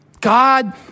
God